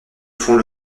font